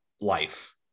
life